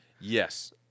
yes